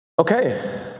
Okay